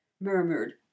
murmured